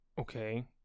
okay